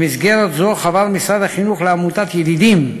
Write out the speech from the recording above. במסגרת זו חבר משרד החינוך לעמותת "ידידים",